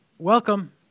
Welcome